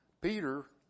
Peter